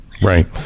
Right